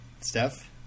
Steph